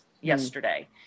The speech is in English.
yesterday